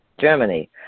Germany